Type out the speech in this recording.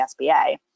SBA